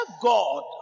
God